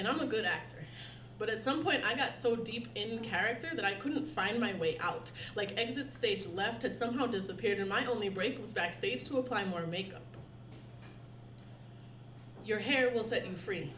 and i'm a good actor but at some point i got so deep into character that i couldn't find my way out like exit stage left and somehow disappeared in my only break backstage to apply more makeup your hair will set you free